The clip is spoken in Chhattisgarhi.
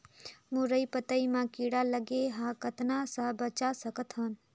मुरई पतई म कीड़ा लगे ह कतना स बचा सकथन?